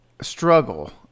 struggle